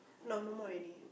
now no more already